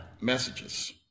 messages